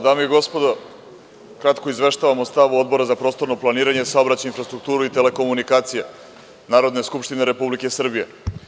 Dame i gospodo, kratko izveštavam o stavu Odbora za prostorno planiranje, saobraćaj, infrastrukturu i telekomunikacije Narodne skupštine Republike Srbije.